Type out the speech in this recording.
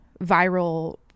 viral